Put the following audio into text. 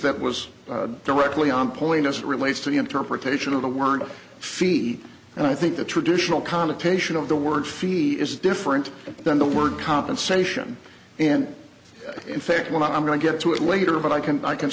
that was directly on point us relates to the interpretation of the word feed and i think the traditional connotation of the word feed is different than the word compensation and in fact when i'm going to get to it later but i can i can